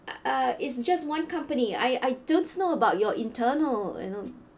uh is just one company I I don't know about your internal you know